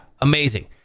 amazing